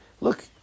Look